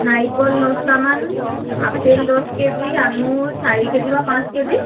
নাৰিকল দহটা মান আপেল দহ কেজি আঙুৰ চাৰি কেজি বা পাঁচ কেজি